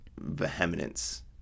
vehemence